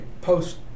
post